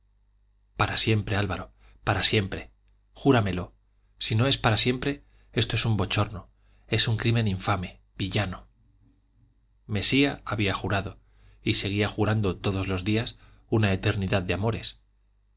para siempre álvaro para siempre júramelo si no es para siempre esto es un bochorno es un crimen infame villano mesía había jurado y seguía jurando todos los días una eternidad de amores